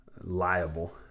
liable